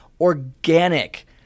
organic